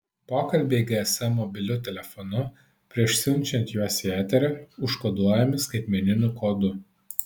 pokalbiai gsm mobiliu telefonu prieš siunčiant juos į eterį užkoduojami skaitmeniniu kodu